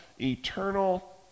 eternal